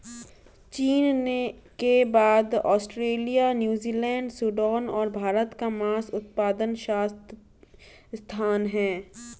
चीन के बाद ऑस्ट्रेलिया, न्यूजीलैंड, सूडान और भारत का मांस उत्पादन स्थान है